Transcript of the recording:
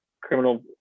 criminal